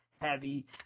heavy